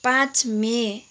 पाँच मई